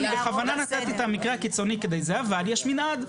אני בכוונה נתתי את המקרה הקיצוני, אבל יש מנעד,